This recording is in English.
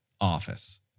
office